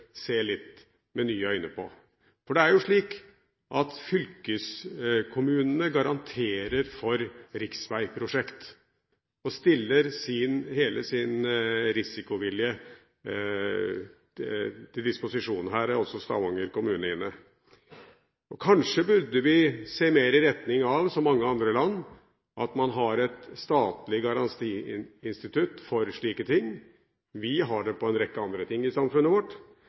med litt nye øyne på. Det er jo slik at fylkeskommunene garanterer for riksveiprosjekt og stiller hele sin risikovilje til disposisjon. Her er også Stavanger kommune inne. Kanskje burde vi se mer i retning av – som mange andre land gjør – at man har et statlig garantiinstitutt for slike ting. Vi har det for en rekke andre ting i samfunnet vårt.